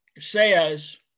says